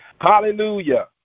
Hallelujah